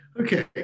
Okay